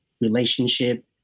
relationship